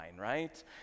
right